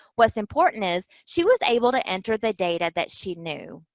what's important is she was able to enter the data that she knew,